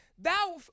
thou